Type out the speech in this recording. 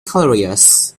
careers